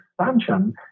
expansion